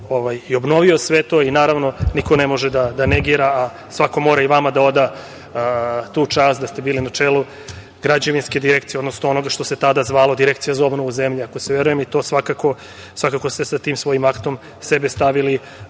i obnovio sve to i naravno, niko ne može da negira, svako mora i vama da oda tu čast da ste bili na čelu građevinske Direkcije, odnosno onoga što se tada zvalo Direkcija za obnovu zemlje, svakako ste tim svojim aktom sebe stavili